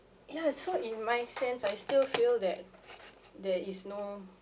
ya so in my sense I still feel that there is no